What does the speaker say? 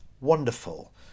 wonderful